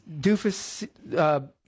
doofus